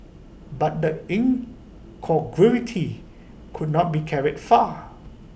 but the incongruity could not be carried far